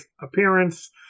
appearance